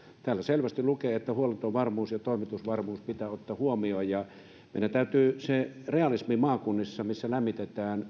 täällä selvästi lukee että huoltovarmuus ja toimitusvarmuus pitää ottaa huomioon meidän täytyy säilyttää realismi maakunnissa missä lämmitetään